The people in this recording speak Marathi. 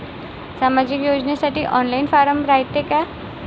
सामाजिक योजनेसाठी ऑनलाईन फारम रायते का?